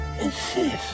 insist